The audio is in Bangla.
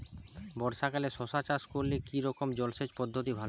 বর্ষাকালে শশা চাষ করলে কি রকম জলসেচ পদ্ধতি ভালো?